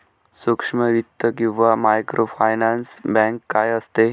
सूक्ष्म वित्त किंवा मायक्रोफायनान्स बँक काय असते?